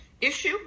issue